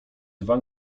dwa